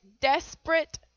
desperate